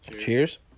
Cheers